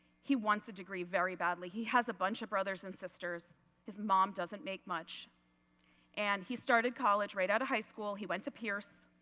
he wants a degree very badly. he has a bunch of brothers and sisters and his mom doesn't make much and he started college right out of high school. he went to pierce.